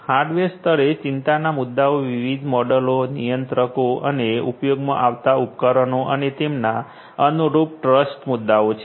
hardware સ્તરે ચિંતાના મુદ્દાઓ વિવિધ મોડ્યુલો નિયંત્રકો અને ઉપયોગમાં આવતા ઉપકરણો અને તેમના અનુરૂપ ટ્રસ્ટ મુદ્દાઓ છે